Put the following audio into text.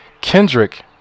Kendrick